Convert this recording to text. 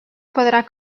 podrà